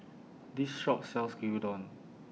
These shops sells Gyudon